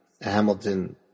Hamilton